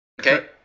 Okay